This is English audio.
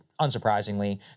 unsurprisingly